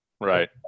Right